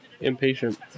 impatient